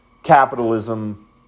Capitalism